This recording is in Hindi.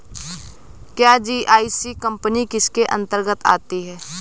क्या जी.आई.सी कंपनी इसके अन्तर्गत आती है?